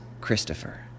Christopher